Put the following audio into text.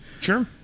Sure